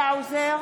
צבי האוזר,